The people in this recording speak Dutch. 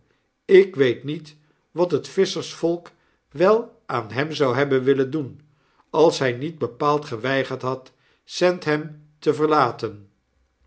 ik weet niet wat het visschersvolk wel aan hem zou hebben willen doen als hij niet bepaald geweigerd had sandham te verlaten